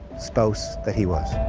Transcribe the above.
spouse that he was.